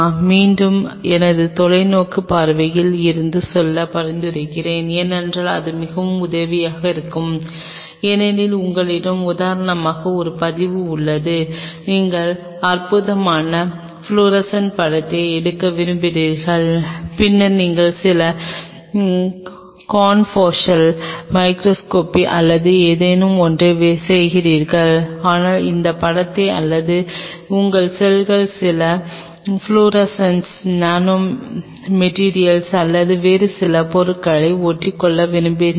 மீண்டும் எனது தொலைநோக்கு பார்வையில் இருந்து செல்ல பரிந்துரைக்கிறேன் ஏனென்றால் அது மிகவும் உதவியாக இருக்கும் ஏனெனில் உங்களிடம் உதாரணமாக ஒரு பதிவு உள்ளது நீங்கள் அற்புதமான ஃப்ளோரசன்ட் படத்தை எடுக்க விரும்புகிறீர்கள் பின்னர் நீங்கள் சில கன்ஃபோகல் மைக்ரோஸ்கோபி அல்லது ஏதேனும் ஒன்றைச் செய்வீர்கள் ஆனால் அந்த படத்தை அல்லது உங்கள் செல்கள் சில ஃப்ளோரசன்ட் நானோ மேட்டரில் அல்லது வேறு சில பொருள்களை ஒட்டிக்கொள்ள விரும்புகிறீர்கள்